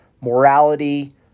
morality